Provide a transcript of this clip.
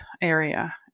area